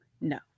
No